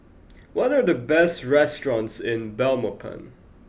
what are the best restaurants in Belmopan